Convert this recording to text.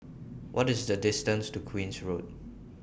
What IS The distance to Queen's Road